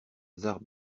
hasard